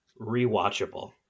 rewatchable